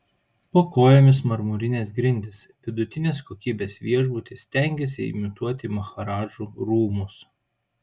po kojomis marmurinės grindys vidutinės kokybės viešbutis stengiasi imituoti maharadžų rūmus